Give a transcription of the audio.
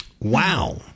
Wow